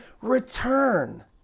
return